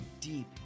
deep